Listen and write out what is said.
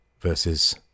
versus